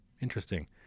interesting